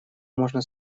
можно